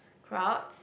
crowd